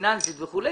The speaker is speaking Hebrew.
פיננסית וכולי,